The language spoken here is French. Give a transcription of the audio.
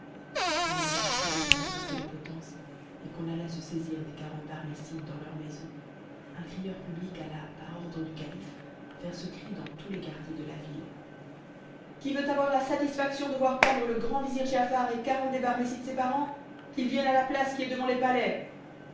pendant que l'on travaillait à dresser les potences et qu'on alla se saisir des quarante barmécides dans leurs maisons un crieur public alla par ordre du calife faire ce cri dans tous les quartiers de la ville qui veut avoir la satisfaction de voir pendre le grand vizir giafar et quarante des barmécides ses parents qu'il vienne à la place qui est devant le palais